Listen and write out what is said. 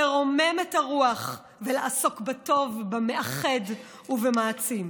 לרומם את הרוח ולעסוק בטוב, במאחד ובמעצים.